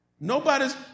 Nobody's